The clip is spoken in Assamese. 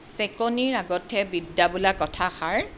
চেকনিৰ আগতহে বিদ্যা বোলা কথাষাৰ